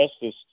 justice